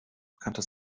bekannte